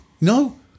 No